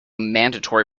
mandatory